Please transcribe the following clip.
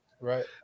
Right